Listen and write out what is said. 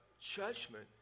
judgment